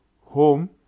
home